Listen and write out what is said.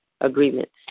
agreements